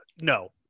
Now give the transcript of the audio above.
No